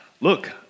look